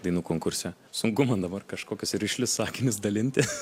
dainų konkurse sunku man dabar kažkokius rišlius sakinius dalinti